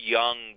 young